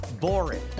boring